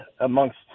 amongst